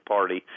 Party